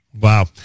Wow